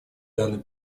данный